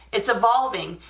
it's evolving,